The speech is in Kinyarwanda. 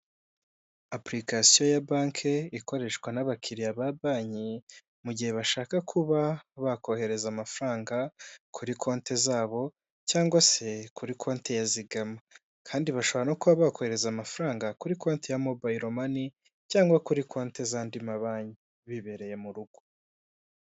Apurikasiyo ya banke ikoreshwa n'abakiriya ba banki mu gihe bashaka kuba bakohereza amafaranga kuri konte zabo cyangwa se kuri konte ya zigama, kandi bashobora no kuba bakohereza amafaranga kuri konte ya mobayiro mani cyangwa kuri konti z'andi mabanki bibereye mu rugo.